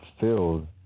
filled